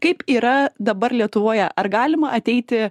kaip yra dabar lietuvoje ar galima ateiti